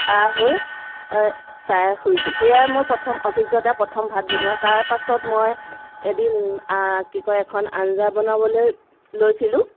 হৈ ছাই হৈছিল সেইয়াই মোৰ প্ৰথম অভিজ্ঞতা প্ৰথম ভাত বনোৱা তাৰপাছত মই এদিন কি কয় এখন আঞ্জা বনাবলৈ লৈছিলোঁ